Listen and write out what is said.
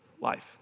life